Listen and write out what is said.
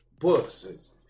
books